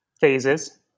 phases